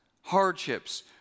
hardships